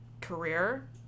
career